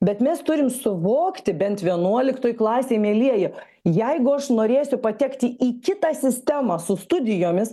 bet mes turim suvokti bent vienuoliktoj klasėj mielieji jeigu aš norėsiu patekti į kitą sistemą su studijomis